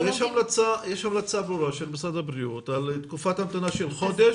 יש המלצה ברורה של משרד הבריאות על תקופת המתנה של חודש,